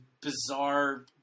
bizarre